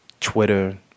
Twitter